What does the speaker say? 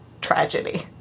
tragedy